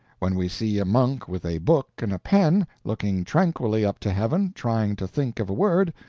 when we see a monk with a book and a pen, looking tranquilly up to heaven, trying to think of a word,